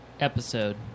episode